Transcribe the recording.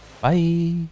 bye